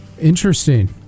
Interesting